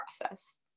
process